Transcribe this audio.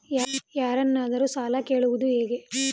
ಯಾರನ್ನಾದರೂ ಸಾಲ ಕೇಳುವುದು ಹೇಗೆ?